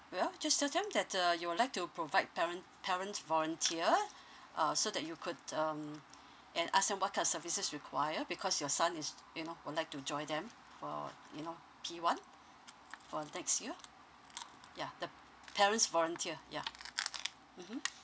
well just tell them that uh you would like to provide parent parent volunteer uh so that you could um and ask them what type of services require because your son is you know would like to join them for you know P one for next year yeah the parents volunteer yeah mmhmm